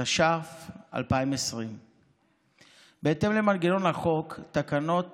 התש"ף 2020. בהתאם למנגנון החוק, תקנות